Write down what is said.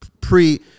pre